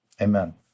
amen